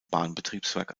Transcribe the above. bahnbetriebswerk